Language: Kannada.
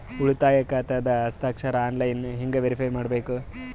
ಉಳಿತಾಯ ಖಾತಾದ ಹಸ್ತಾಕ್ಷರ ಆನ್ಲೈನ್ ಹೆಂಗ್ ವೇರಿಫೈ ಮಾಡಬೇಕು?